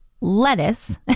lettuce